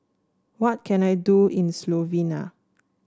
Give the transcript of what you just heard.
what can I do in Slovenia